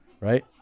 Right